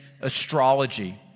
astrology